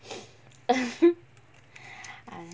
ah